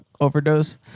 overdose